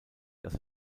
dass